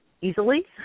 easily